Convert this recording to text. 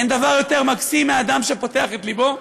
אין דבר יותר מקסים מאדם שפותח את לבו,